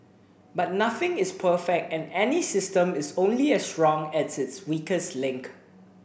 but nothing is perfect and any system is only as strong as its weakest link